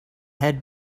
head